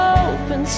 open